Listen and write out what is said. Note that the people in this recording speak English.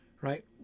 right